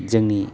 जोंनि